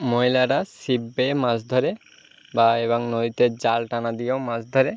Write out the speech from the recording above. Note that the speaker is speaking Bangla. মহিলারা ছিপ বেয়ে মাছ ধরে বা এবং নদীতে জাল টানা দিয়েও মাছ ধরে